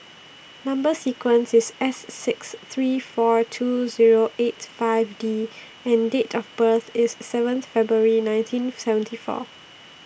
Number sequence IS S six three four two Zero eight five D and Date of birth IS seven February nineteen seventy four